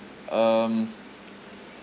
um